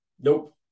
nope